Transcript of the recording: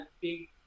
big